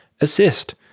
assist